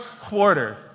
quarter